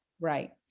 right